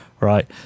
right